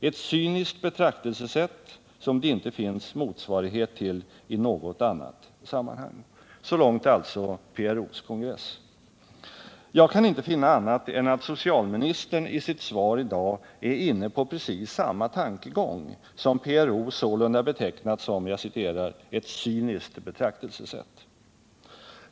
Ett cyniskt betraktelsesätt, som det inte finns motsvarighet till i något annat sammanhang.” Jag kan inte finna annat än att socialministern i sitt svar i dag är inne på precis samma tankegång som PRO sålunda betecknat som ett ”cyniskt betraktelsesätt”.